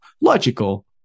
Logical